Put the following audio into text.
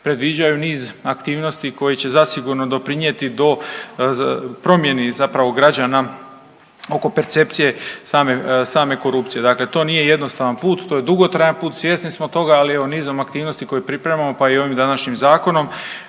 predviđaju niz aktivnosti koje će zasigurno doprinijeti do promjeni zapravo građana oko percepcije same korupcije. Dakle, to nije jednostavan put, to je dugotrajan put, svjesni smo toga, ali evo nizom aktivnosti koje pripremamo pa i ovim današnjim zakonom